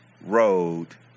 road